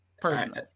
personally